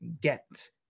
get